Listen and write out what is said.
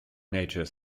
nature